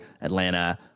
Atlanta